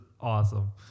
awesome